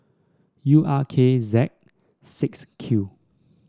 U R K Z six Q